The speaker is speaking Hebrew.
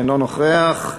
אינו נוכח,